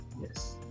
yes